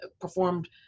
performed